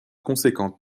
conséquent